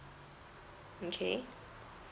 okay